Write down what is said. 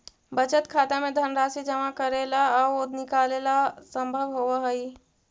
बचत खाता में धनराशि जमा करेला आउ निकालेला संभव होवऽ हइ